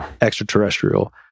extraterrestrial